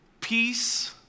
peace